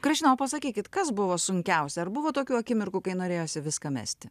grasino pasakykit kas buvo sunkiausia ar buvo tokių akimirkų kai norėjosi viską mesti